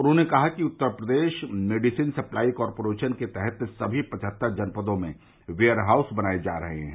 उन्होंने कहा कि Uttar Pradesh medicine supply corporation के तहत समी पवहत्तर जनपदों में वेयर हाउस बनाये जा रहे हैं